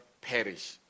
perish